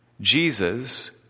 Jesus